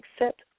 accept